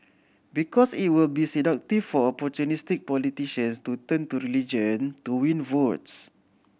because it will be seductive for opportunistic politicians to turn to religion to win votes